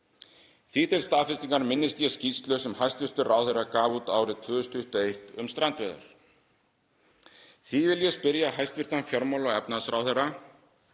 Því til staðfestingar minnist ég skýrslu sem hæstv. ráðherra gaf út árið 2021 um strandveiðar. Því vil ég spyrja hæstv. fjármála- og efnahagsráðherra: